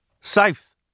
South